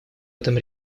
этом